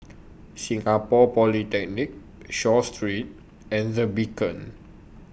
Singapore Polytechnic Seah Street and The Beacon